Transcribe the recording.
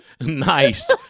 Nice